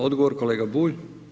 Odgovor, kolega Bulj.